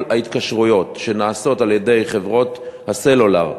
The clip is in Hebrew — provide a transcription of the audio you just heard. ההתקשרויות שנעשות על-ידי חברות הסלולר,